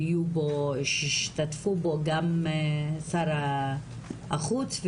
שהשתתפו בו גם שר החוץ,